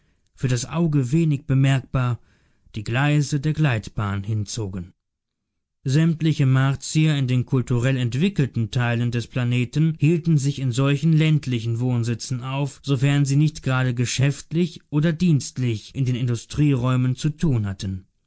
für das auge wenig bemerkbar die geleise der gleitbahn hinzogen sämtliche martier in den kulturell entwickelten teilen des planeten hielten sich in solchen ländlichen wohnsitzen auf sofern sie nicht gerade geschäftlich oder dienstlich in den industrieräumen zu tun hatten